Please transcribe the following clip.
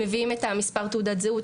מביאים את מספר תעודת הזהות.